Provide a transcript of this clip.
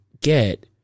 get